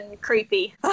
creepy